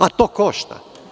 A to košta.